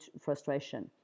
frustration